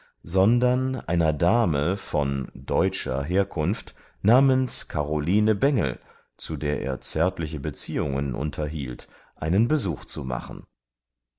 sondern einer dame von deutscher herkunft namens karoline bengel zu der er zärtliche beziehungen unterhielt einen besuch zu machen